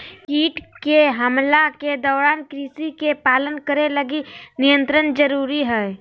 कीट के हमला के दौरान कृषि के पालन करे लगी नियंत्रण जरुरी हइ